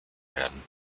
werden